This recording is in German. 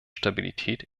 stabilität